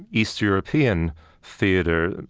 east european theater,